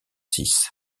six